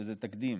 שזה תקדים,